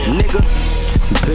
nigga